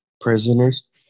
prisoners